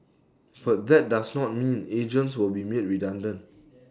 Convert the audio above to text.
but that does not mean agents will be made redundant